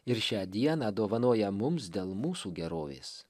ir šią dieną dovanoja mums dėl mūsų gerovės